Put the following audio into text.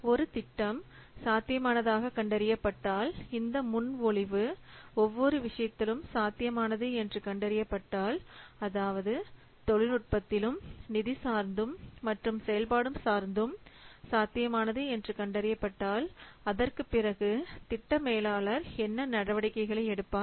ஒரு திட்டம் சாத்தியமானதாக கண்டறியப்பட்டால் இந்த முன்மொழிவு ஒவ்வொரு விஷயத்திலும் சாத்தியமானது என்று கண்டறியப்பட்டால் அதாவது தொழில்நுட்பத்திலும் நிதி சார்ந்தும் மற்றும் செயல்பாடு சார்ந்தும் சாத்தியமானது என்று கண்டறியப்பட்டால் அதற்குப் பிறகு திட்ட மேலாளர் என்ன நடவடிக்கைகளை எடுப்பார்